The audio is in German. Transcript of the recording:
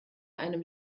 einem